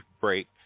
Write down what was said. break